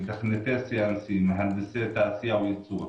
מתכנתי --- מהנדסי תעשייה וייצור,